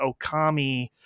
Okami